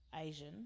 asian